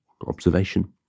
observation